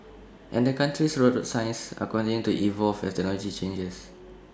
and the country's road signs are continuing to evolve as technology changes